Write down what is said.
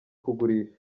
kugurisha